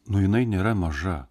nu jinai nėra maža